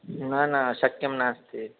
न न शक्यं नास्ति